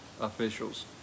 officials